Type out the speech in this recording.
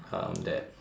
um that